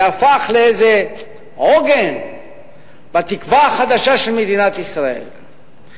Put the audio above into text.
זה הפך לאיזה עוגן בתקווה החדשה של מדינת ישראל.